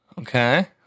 okay